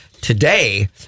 Today